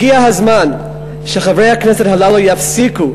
הגיע הזמן שחברי הכנסת הללו יפסיקו